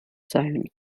zone